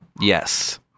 Yes